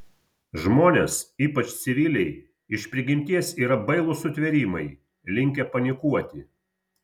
žmonės ypač civiliai iš prigimties yra bailūs sutvėrimai linkę panikuoti